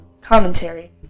commentary